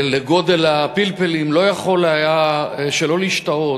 גודל הפלפלים, לא יכול היה שלא להשתאות,